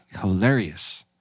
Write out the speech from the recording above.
hilarious